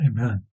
Amen